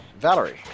Valerie